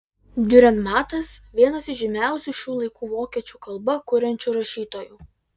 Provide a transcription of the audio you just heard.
diurenmatas vienas iš žymiausių šių laikų vokiečių kalba kuriančių rašytojų